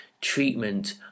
treatment